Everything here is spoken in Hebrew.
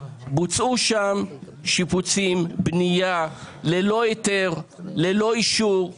בוצעו שם שיפוצים, בנייה, ללא היתר, ללא אישור,